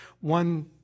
one